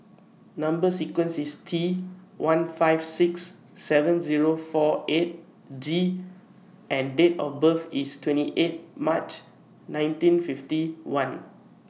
Number sequence IS T one five six seven Zero four eight G and Date of birth IS twenty eight March nineteen fifty one